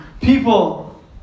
people